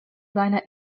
seiner